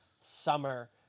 summer